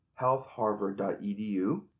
healthharvard.edu